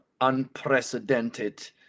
unprecedented